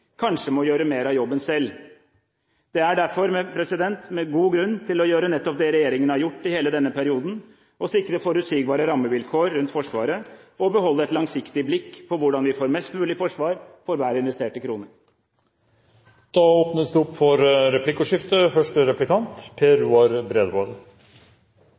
kanskje må gjøre mer av jobben selv. Det er derfor god grunn til å gjøre nettopp det regjeringen har gjort i hele denne perioden – å sikre forutsigbare rammevilkår rundt Forsvaret og beholde et langsiktig blikk på hvordan vi får mest mulig forsvar for hver investerte krone. Det blir replikkordskifte.